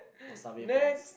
wasabi prawns